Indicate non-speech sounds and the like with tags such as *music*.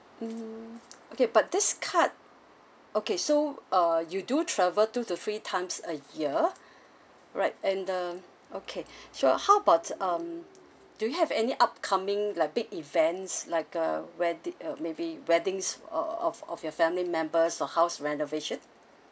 mm okay but this card okay so uh you do travel two to three times a year *breath* right and the okay *breath* so how about um do you have any upcoming like big events like a wedding uh maybe weddings of of of your family members or house renovation